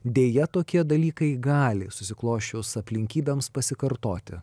deja tokie dalykai gali susiklosčius aplinkybėms pasikartoti